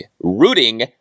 Rooting